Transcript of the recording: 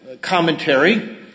commentary